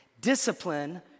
Discipline